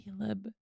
Caleb